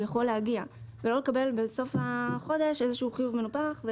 יכול להגיע ולא לקבל בסוף החודש איזשהו חיוב מנופח.